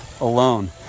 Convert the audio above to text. alone